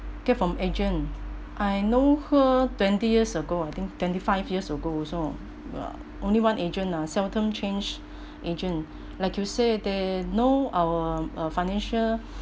get from agent I know her twenty years ago I think twenty five years ago also well only one agent uh seldom change agent like you say they know our uh financial